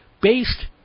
based